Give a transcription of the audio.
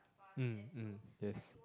mm mm yes